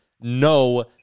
no